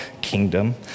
kingdom